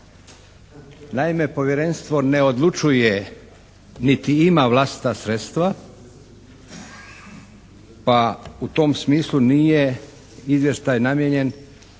Naime, povjerenstvo ne odlučuje niti ima vlastita sredstva pa u tom smislu nije izvještaj namijenjen da